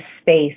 space